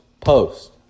post